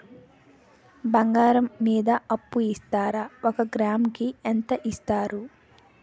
బంగారం మీద అప్పు ఇస్తారా? ఒక గ్రాము కి ఎంత ఇస్తారు?